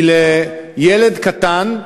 כי לילד קטן,